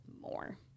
more